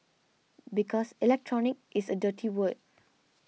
because electronic is a dirty word